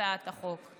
הצעת החוק.